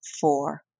four